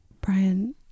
Brian